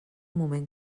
moment